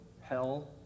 hell